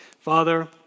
Father